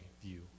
view